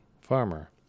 farmer